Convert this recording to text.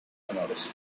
menores